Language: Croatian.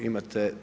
Imate